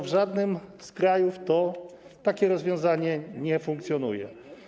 W żadnym z krajów takie rozwiązanie nie funkcjonuje.